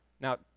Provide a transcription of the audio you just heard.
Now